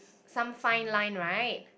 some fine line right